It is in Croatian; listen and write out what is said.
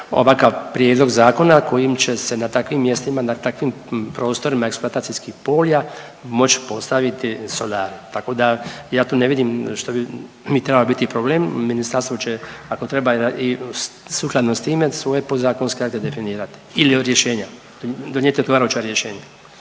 ovakav prijedlog zakona kojim će se na takvim mjestima, na takvim prostorima eksploatacijskih polja moć postaviti solare, tako da ja tu ne vidim što bi mi trebalo biti problem, ministarstvo će ako treba i sukladno s time svoje podzakonske akte definirati ili rješenja, donijeti odgovarajuća rješenja.